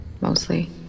mostly